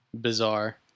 bizarre